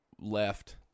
left